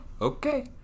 Okay